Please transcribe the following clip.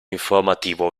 informativo